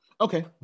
okay